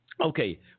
Okay